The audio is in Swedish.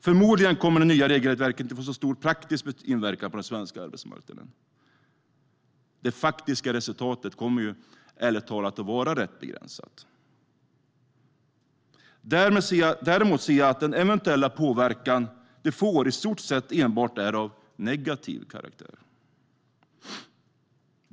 Förmodligen kommer det nya regelverket inte att få särskilt stor praktisk inverkan på den svenska arbetsmarknaden. Det faktiska resultatet kommer ärligt talat att vara ganska begränsat. Däremot ser jag att den eventuella påverkan det kommer att få i stort sett enbart är av negativ karaktär.